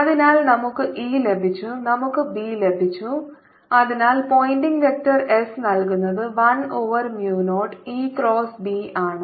അതിനാൽ നമുക്ക് E ലഭിച്ചു നമുക്ക് B ലഭിച്ചു അതിനാൽ പോയിന്റിംഗ് വെക്റ്റർ S നൽകുന്നത് 1 over mu naught E cross B ആണ്